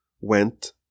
went